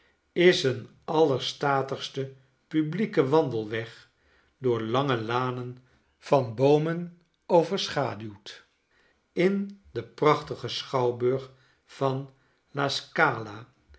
is een ailerstatigste publieke wandeiweg door lange lanen van boomen overschaduwd in den prachtigen schouwburg vanl